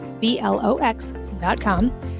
B-L-O-X.com